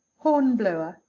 hornblower.